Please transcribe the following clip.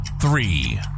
three